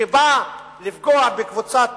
שבא לפגוע בקבוצת